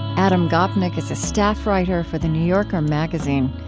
adam gopnik is a staff writer for the new yorker magazine.